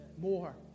More